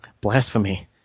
Blasphemy